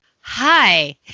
Hi